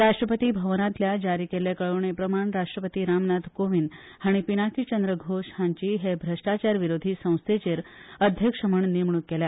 राष्ट्रपती भवनातल्यान जारी केल्ले कळोवणे प्रमाण राष्ट्रपती रामनाथ कोविंद हाणी पिनाकी चंद्र घोष हांची हे भ्रष्टाचार विरोधी संस्थेचेर अध्यक्ष म्हण नेमणूक केल्या